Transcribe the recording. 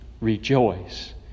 rejoice